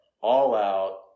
all-out